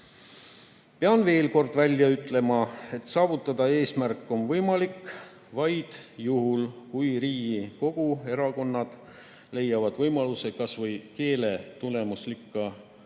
Pean veel kord välja ütlema, et eesmärk saavutada on võimalik vaid juhul, kui Riigikogu erakonnad leiavad võimaluse kas või keele tulemusrikka